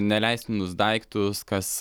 neleistinus daiktus kas